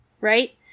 right